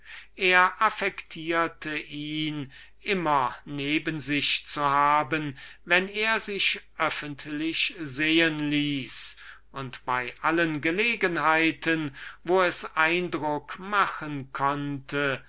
er ihn immer neben sich zu haben wenn er sich öffentlich sehen ließ und bei allen gelegenheiten wo es würkung tun konnte